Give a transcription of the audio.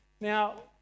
Now